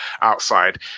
outside